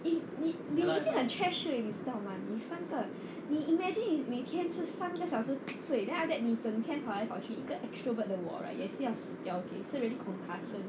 if 你你已经很缺睡你知道吗你三个 imagine 你每天只是三个小时睡 then after that 你整天跑来跑去跟 extrovert 的我 right 也是要死掉 so really concussion